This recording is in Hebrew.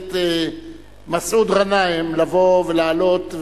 הכנסת מסעוד גנאים לבוא ולעלות.